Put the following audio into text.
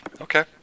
Okay